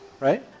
Right